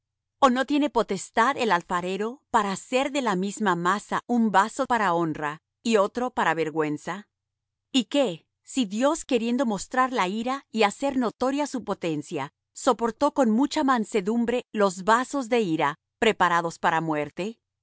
o no tiene potestad el alfarero para hacer de la misma masa un vaso para honra y otro para vergüenza y qué si dios queriendo mostrar la ira y hacer notoria su potencia soportó con mucha mansedumbre los vasos de ira preparados para muerte